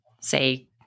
say